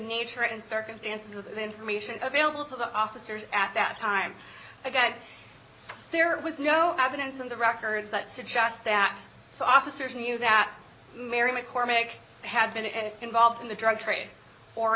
nature and circumstances of the information available to the officers at that time again there was no evidence in the records that suggest that the officers knew that mary mccormick had been involved in the drug trade or